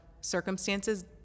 circumstances